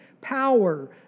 power